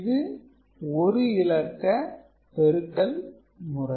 இது ஒரு இலக்க பெருக்கல் முறை